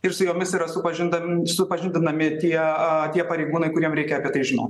ir su jomis yra supažindami supažindinami tie aa pareigūnai kuriem reikia apie tai žinot